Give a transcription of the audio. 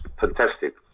fantastic